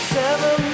seven